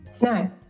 No